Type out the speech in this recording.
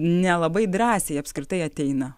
nelabai drąsiai apskritai ateina